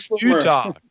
Utah